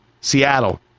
Seattle